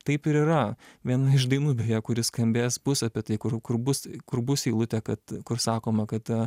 taip ir yra viena iš dainų beje kuri skambės bus apie tai kur kur bus kur bus eilutė kad kur sakoma kad